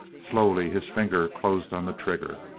slowly his finger closed on the trigger.